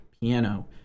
piano